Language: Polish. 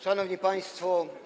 Szanowni Państwo!